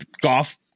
golf